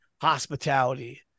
Hospitality